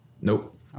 Nope